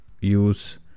use